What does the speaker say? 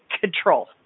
control